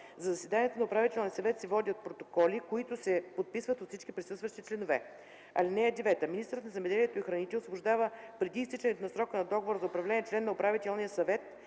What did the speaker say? За заседанията на управителния съвет се водят протоколи, които се подписват от всички присъстващи членове. (9) Министърът на земеделието и храните освобождава преди изтичането на срока на договора за управление член на управителния съвет: